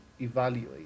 evaluate